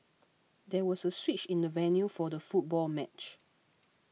there was a switch in the venue for the football match